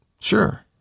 Sure